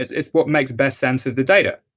it's what makes best sense of the data